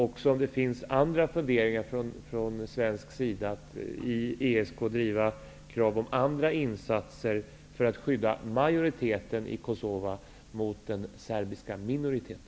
Finns det andra funderingar från svensk sida på att i ESK driva krav på andra insatser för att skydda majoriteten i Kosova mot den serbiska minoriteten?